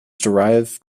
derived